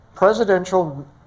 presidential